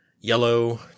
yellow